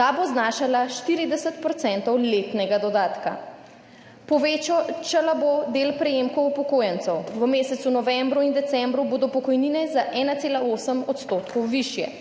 ta bo znašala 40 % letnega dodatka. Povečala bo del prejemkov upokojencev, v mesecu novembru in decembru bodo pokojnine za 1,8 % višje.